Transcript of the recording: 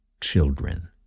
children